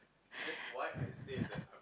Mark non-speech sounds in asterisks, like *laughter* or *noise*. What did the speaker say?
*laughs*